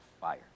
fire